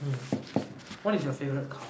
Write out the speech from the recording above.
mm what is your favourite car